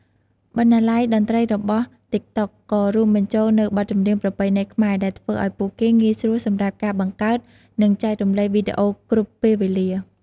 បណ្ណាល័យតន្ត្រីរបស់ តិកតុក ក៏រួមបញ្ចូលនូវបទចម្រៀងប្រពៃណីខ្មែរ ដែលធ្វើឲ្យពួកគេងាយស្រួលសម្រាប់ការបង្កើត និងចែករំលែកវីដេអូគ្រប់ពេលវេលា។